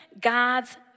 God's